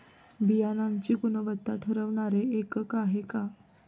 बियाणांची गुणवत्ता ठरवणारे एकक आहे का?